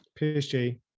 PSG